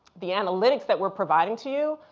the analytics that we're providing to you,